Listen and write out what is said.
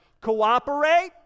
cooperate